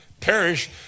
perish